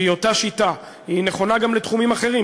שהיא אותה שיטה ונכונה גם לתחומים אחרים,